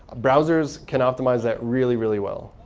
browsers can optimize that really, really well.